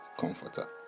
comforter